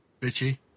bitchy